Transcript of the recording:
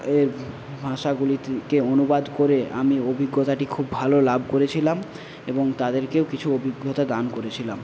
এর ভাষাগুলি থেকে অনুবাদ করে আমি অভিজ্ঞতাটি খুব ভালো লাভ করেছিলাম এবং তাদেরকেও কিছু অভিজ্ঞতা দান করেছিলাম